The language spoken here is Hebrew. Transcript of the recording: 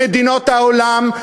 למדינות העולם,